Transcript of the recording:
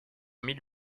mille